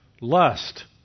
Lust